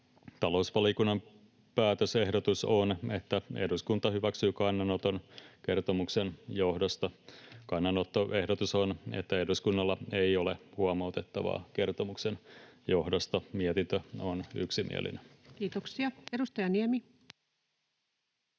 Talousvaliokunnan päätösehdotus on, että eduskunta hyväksyy kannanoton kertomuksen johdosta. Kannanottoehdotus on, että eduskunnalla ei ole huomautettavaa kertomuksen johdosta. Mietintö on yksimielinen. Kiitoksia. — Edustaja Niemi.